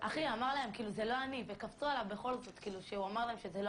שזה מאוד